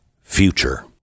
future